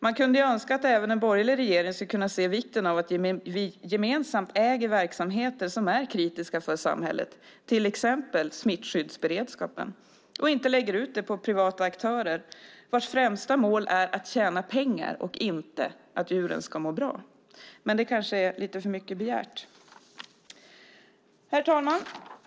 Man kunde önska att även en borgerlig regering skulle kunna se vikten av att vi gemensamt äger verksamheter som är kritiska för samhället, till exempel smittskyddsberedskapen, och inte lägger ut det på privata aktörer vars främsta mål är att tjäna pengar och inte att se till att djuren ska må bra. Men det kanske är för mycket begärt. Herr talman!